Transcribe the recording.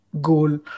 goal